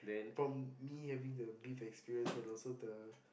from me having the beef experience and also the